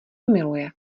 miluje